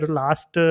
last